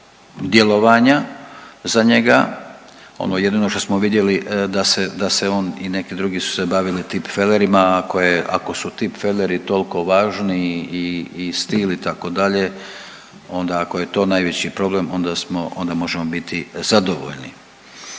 djelovanja za njega. Ono jedino što smo vidjeli da se, da se on i neki drugi su se bavili tipfelerima, ako je, ako su tipfeleri toliko važni i stil itd. onda ako je to najveći problem onda smo, onda možemo biti zadovoljni.